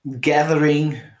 gathering